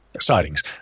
sightings